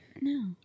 No